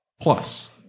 plus